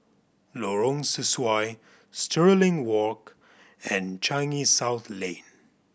Lorong Sesuai Stirling Walk and Changi South Lane